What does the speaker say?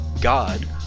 God